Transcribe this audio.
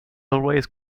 always